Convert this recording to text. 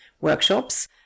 workshops